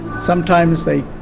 sometimes they,